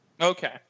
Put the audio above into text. okay